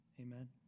Amen